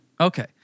Okay